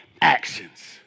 actions